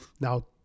Now